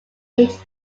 eight